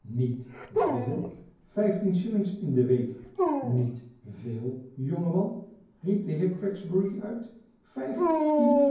niet veel vijftien shillings in de week niet veel jongeman riep de heer gregsbury uit vijftien